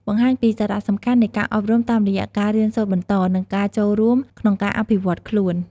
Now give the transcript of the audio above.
បង្ហាញពីសារៈសំខាន់នៃការអប់រំតាមរយៈការរៀនសូត្របន្ត និងការចូលរួមក្នុងការអភិវឌ្ឍខ្លួន។